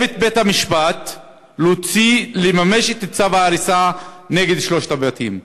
שיש לחייב את בית-המשפט לממש את צו ההריסה נגד שלושת הבתים.